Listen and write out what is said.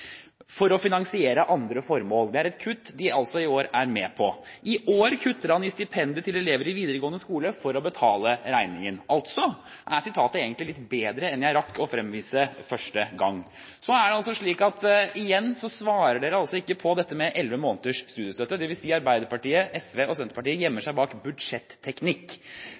for å finansiere andre formål.» Det er et kutt de altså i år er med på. Videre: «I år kutter han i stipendet til elever i videregående skole for å betale regningen.» Altså er sitatet egentlig litt bedre enn jeg rakk å fremvise første gang. Og igjen så svarer dere altså ikke på dette med elleve måneders studiestøtte. Det vil si: Arbeiderpartiet, SV og Senterpartiet gjemmer seg bak